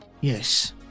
Yes